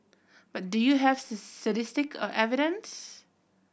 but do you have statistic or evidence